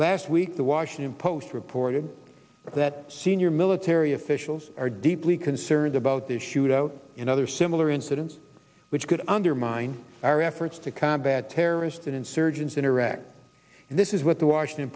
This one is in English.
last week the washington post reported that senior military officials are deeply concerned about the shoot out and other similar incidents which could undermine our efforts to combat terrorists and insurgents in iraq and this is what the washington